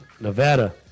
Nevada